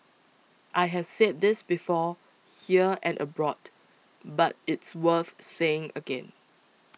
I have said this before here and abroad but it's worth saying again